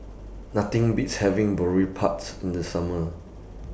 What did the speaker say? Nothing Beats having Boribap's in The Summer